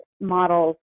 models